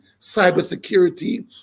cybersecurity